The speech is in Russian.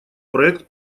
проект